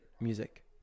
music